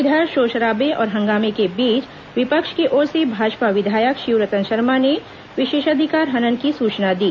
इधर शोर शराबे और हंगामे के बीच विपक्ष की ओर से भाजपा विधायक शिवरतन शर्मा ने विषेशाधिकार हनन की सुचना दी